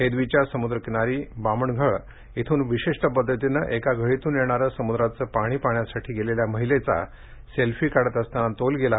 हेदवीच्या समुद्रकिनारी बामणघळ इथून विशिष्ट पद्धतीनं एका घळीतून येणारं समुद्राचं पाणी पाहण्यासाठी गेलेल्या महिलेचा सेल्फी काढत असताना तोल गेला